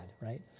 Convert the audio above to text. right